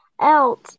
else